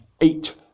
eight